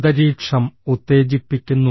അന്തരീക്ഷം ഉത്തേജിപ്പിക്കുന്നു